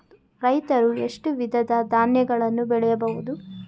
ರೈತರು ಎಷ್ಟು ವಿಧದ ಧಾನ್ಯಗಳನ್ನು ಬೆಳೆಯಬಹುದು?